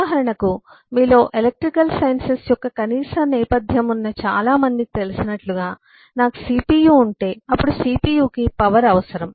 ఉదాహరణకు మీలో electrical sciences యొక్క కనీస నేపథ్యం ఉన్న చాలామందికి తెలిసినట్లుగా నాకు CPU ఉంటే అప్పుడు CPU కి పవర్ అవసరం